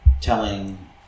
Telling